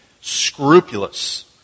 scrupulous